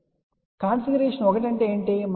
కాబట్టి కాన్ఫిగరేషన్ 1 అంటే ఏమిటి